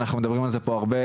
אנחנו מדברים על זה פה הרבה,